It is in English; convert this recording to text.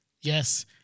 yes